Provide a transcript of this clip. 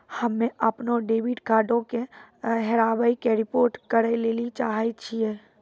हम्मे अपनो डेबिट कार्डो के हेराबै के रिपोर्ट करै लेली चाहै छियै